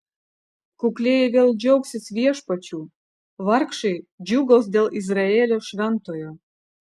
kuklieji vėl džiaugsis viešpačiu vargšai džiūgaus dėl izraelio šventojo